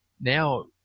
now